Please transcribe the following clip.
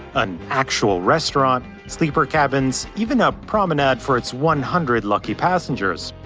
an actual restaurant, sleeper cabins, even a promenade for its one hundred lucky passengers.